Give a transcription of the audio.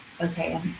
okay